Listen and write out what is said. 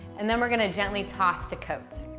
and then we're going to gently toss to coat.